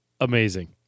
amazing